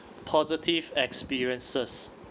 positive experiences